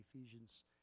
Ephesians